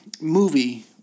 movie